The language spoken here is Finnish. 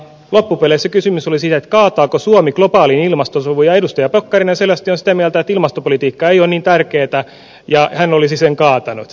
loppupeleissä kysymys oli siitä kaataako suomi globaalin ilmastosovun ja edustaja pekkarinen selvästi on sitä mieltä että ilmastopolitiikka ei ole niin tärkeätä ja hän olisi sen kaatanut